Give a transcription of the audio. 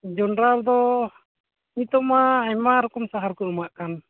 ᱡᱚᱸᱰᱨᱟ ᱨᱮᱫᱚ ᱱᱤᱛᱳᱜᱼᱢᱟ ᱟᱭᱢᱟ ᱨᱚᱠᱚᱢ ᱥᱟᱦᱟᱨ ᱠᱚ ᱮᱢᱟᱜ ᱠᱟᱱ